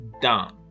down